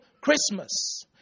Christmas